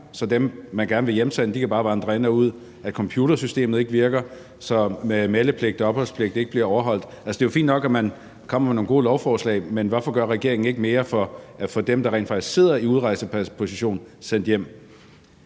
så dem, man gerne vil hjemsende, bare kan vandre ind og ud, og at computersystemet ikke virker, så meldepligt og opholdspligt ikke bliver overholdt? Altså, det er jo fint nok, at man kommer med nogle gode lovforslag, men hvorfor gør regeringen ikke mere for at få dem, der rent faktisk sidder i udrejseposition, sendt hjem?